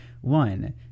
One